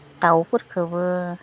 दाउफोरखोबो